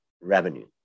revenue